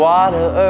Water